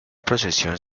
procesión